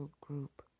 group